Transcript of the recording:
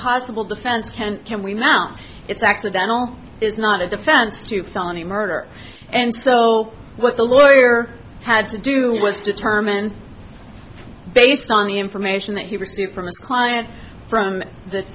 possible defense kent can we now it's accidental is not a defense to felony murder and so what the lawyer had to do was determined based on the information that he received from his client from th